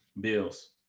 Bills